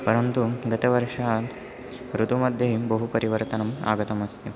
परन्तु गतवर्षात् ऋतुमध्ये बहु परिवर्तनम् आगतमस्ति